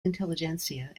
intelligentsia